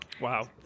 Wow